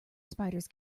spiders